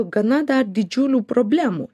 gana dar didžiulių problemų